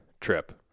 trip